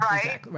Right